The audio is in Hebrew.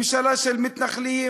ממשלה של מתנחלים.